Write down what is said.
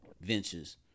ventures